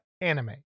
anime